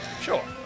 Sure